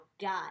God